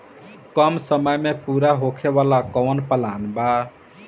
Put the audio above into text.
कम समय में पूरा होखे वाला कवन प्लान बा?